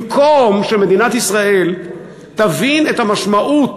במקום שמדינת ישראל תבין את המשמעות